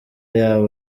yabo